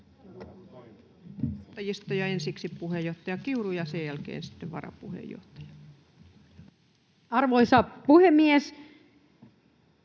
Ensiksi puheenjohtaja Kiuru ja sen jälkeen varapuheenjohtaja. [Speech